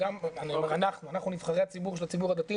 גם אנחנו נבחרי הציבור של הציבור הדתי,